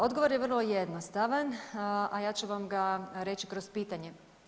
Odgovor je vrlo jednostavan, a ja ću vam ga reći kroz pitanje.